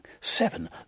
seven